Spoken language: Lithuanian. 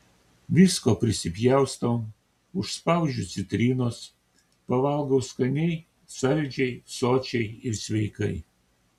visko prisipjaustau užspaudžiu citrinos pavalgau skaniai saldžiai sočiai ir sveikai